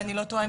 אם אני לא טועה,